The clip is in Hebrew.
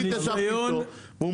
אני